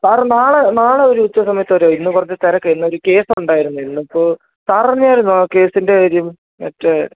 sir നാളെ നാളെ ഒരു ഉച്ച സമയത്ത് വരുമോ ഇന്ന് കുറച്ച് തിരക്കാണ് ഇന്നൊരു കേസൊണ്ടായിരുന്നു ഇന്നിപ്പോൾ സാറെന്നായിരുന്നു ആ കേസിന്റെ കാര്യം മറ്റേ